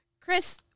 Chris